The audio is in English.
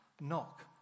Knock